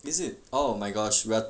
is it oh my gosh we are